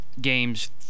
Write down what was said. games